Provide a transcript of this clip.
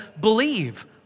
believe